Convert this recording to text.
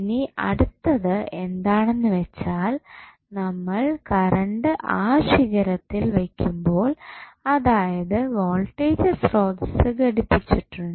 ഇനി അടുത്തത് എന്താണെന്ന് വെച്ചാൽ നമ്മൾ കറണ്ട് ആ ശിഖരത്തിൽ വെക്കുമ്പോൾ അതായത് വോൾട്ടേജ് സ്രോതസ്സ് ഘടിപ്പിച്ചിട്ടുണ്ട്